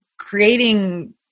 creating